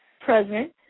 president